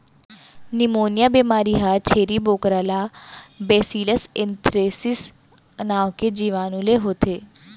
pneumonia बेमारी ह छेरी बोकरा ला बैसिलस एंथ्रेसिस नांव के जीवानु ले होथे